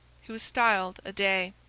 who is styled a dey.